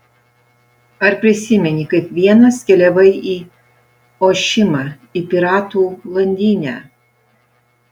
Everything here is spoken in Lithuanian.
ar prisimeni kaip vienas keliavai į ošimą į piratų landynę